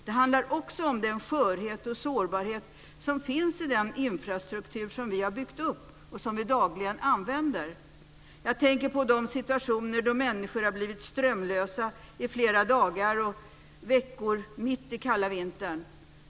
Det handlar också om den skörhet och sårbarhet som finns i den infrastruktur som vi har byggt upp och som vi dagligen använder. Jag tänker på de situationer då människor har blivit utan ström i flera dagar och veckor mitt i kalla vintern.